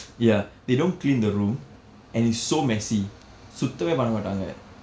ya they don't clean the room and it's so messy சுத்தம்மே பண்ண மாட்டாங்க:sutthammae panna maattanka